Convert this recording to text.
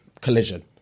collision